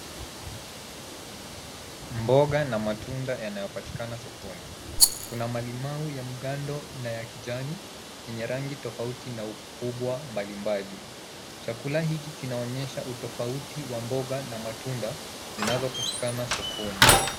Mboga na matunda yanayopatikana sokoni kuna malimau ya mgando na ya kijani yenye rangi tofauti na ukubwa mbalimbali .Chakula hiki kinaonyesha utofauti wa mboga na matunda zinazopatikana sokoni.